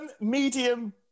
Medium